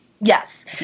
Yes